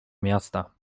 miasta